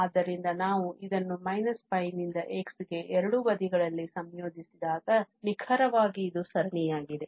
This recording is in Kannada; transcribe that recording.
ಆದ್ದರಿಂದ ನಾವು ಇದನ್ನು −π ನಿಂದ x ಗೆ ಎರಡೂ ಬದಿಗಳಲ್ಲಿ ಸಂಯೋಜಿಸಿದಾಗ ನಿಖರವಾಗಿ ಇದು ಸರಣಿಯಾಗಿದೆ